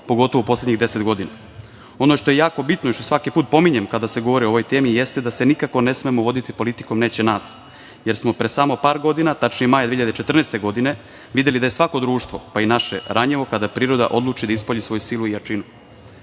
pogotovo u poslednjih 10 godina. Ono što je jako bitno i što svaki put pominjem kada se govori o ovoj temi jeste da se nikako ne smemo voditi politikom „neće nas“, jer smo pre samo par godina, tačnije maja 2014. godine videli da je svako društvo, pa i naše, ranjivo kada priroda odluči da ispolji svoju silu i